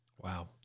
Wow